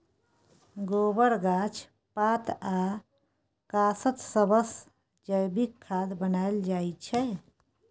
गोबर, गाछ पात आ कासत सबसँ जैबिक खाद बनाएल जाइ छै